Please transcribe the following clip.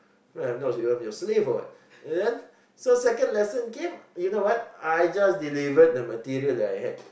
I'm not even your slave or what then so second lesson came you know what I just delivered the materials that I have